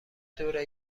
دوره